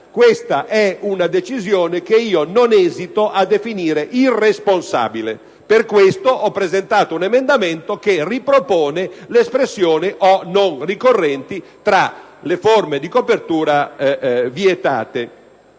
questa è una decisione che non esito a definire irresponsabile: per questo motivo, ho presentato l'emendamento 17.2, che ripropone l'espressione «o non ricorrenti» tra le forme di copertura vietate.